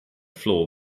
floor